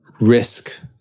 risk